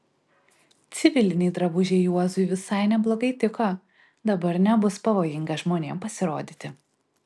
civiliniai drabužiai juozui visai neblogai tiko dabar nebus pavojinga žmonėms pasirodyti